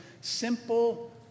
simple